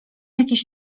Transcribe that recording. jakiś